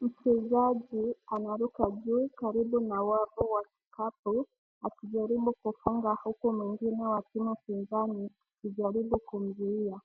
Mchezaji anaruka juu karibu na wavu wa kikapu akijaribu kufunga huku mwingine wakiwa upinzani wakijaribu kumzuia.